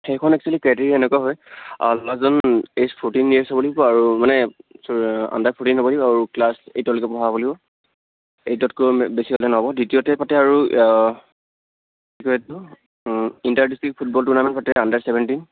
সেইখন actually criteria এনেকুৱা হয় ল'ৰাজন এইজ ফ'ৰ্টিন ইয়েৰ্ছ হ'ব লাগিব আৰু মানে আণ্ডাৰ ফ'ৰ্টিন হ'ব লাগিব আৰু ক্লাছ এইটলৈকে পঢ়া হ'ব লাগিব এইটতকৈ বেছি হ'লে নহ'ব দ্বিতীয়তে পাতে আৰু ইয়াত ইণ্টাৰ ডিষ্ট্ৰিক্ট ফুটবল টুৰ্ণামেণ্ট পাতে আণ্ডাৰ ছেভেণ্টিন